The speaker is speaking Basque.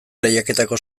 lehiaketako